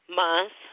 month